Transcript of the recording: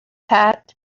pat